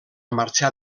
marxar